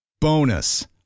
Bonus